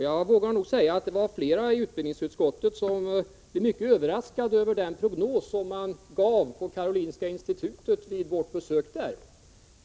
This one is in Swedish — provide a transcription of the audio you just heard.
Jag vågar påstå att det var flera ledamöter i utbildningsutskottet som blev mycket överraskade över den prognos som man gav på Karolinska institutet vid vårt besök där.